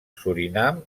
surinam